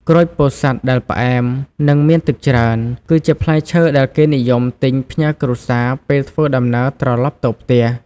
ក្រូចពោធិ៍សាត់ដែលផ្អែម និងមានទឹកច្រើន គឺជាផ្លែឈើដែលគេនិយមទិញផ្ញើគ្រួសារពេលធ្វើដំណើរត្រឡប់ទៅផ្ទះ។